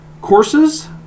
courses